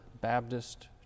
Baptist